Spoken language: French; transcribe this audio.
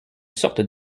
sorte